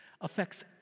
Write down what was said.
affects